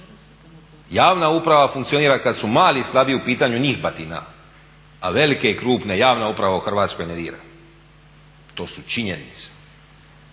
Javna uprava funkcionira kada su mali i slabiji u pitanju njih batina, a velike i krupne javna uprava u Hrvatskoj ne dira. To su činjenice.